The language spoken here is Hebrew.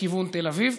לכיוון תל אביב.